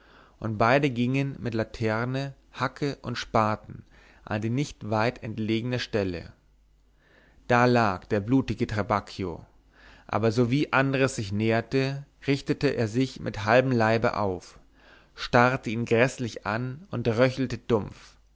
und beide gingen mit laterne hacke und spaten an die nicht weit entlegene stelle da lag der blutige trabacchio aber sowie andres sich näherte richtete er sich mit halbem leibe auf starrte ihn gräßlich an und röchelte dumpf